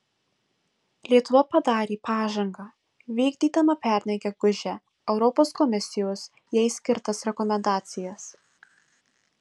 lietuva padarė pažangą vykdydama pernai gegužę europos komisijos jai skirtas rekomendacijas